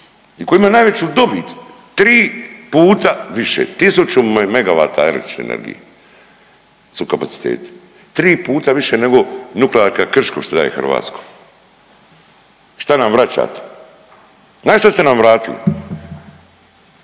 i koji ima najveću dobit tri puta više, tisuću MW električne energije su kapaciteti, tri puta više nego Nuklearka Krško što daje Hrvatskoj. I šta nam vraćate? Znaš šta ste nam vratili